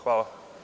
Hvala.